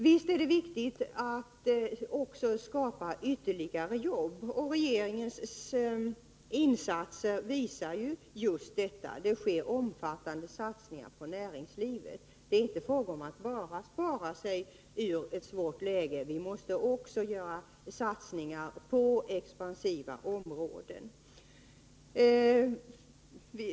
Visst är det viktigt att också skapa ytterligare jobb, och regeringens insatser innebär att det sker omfattande satsningar på näringslivet. Det är inte bara fråga om att spara sig ur ett svårt läge. Vi måste också göra satsningar på expansiva områden.